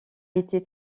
été